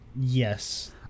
Yes